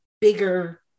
bigger